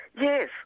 Yes